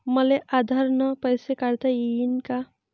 मले आधार न पैसे काढता येईन का?